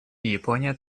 япония